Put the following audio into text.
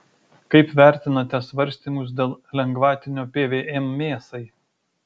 kaip vertinate svarstymus dėl lengvatinio pvm mėsai